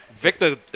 Victor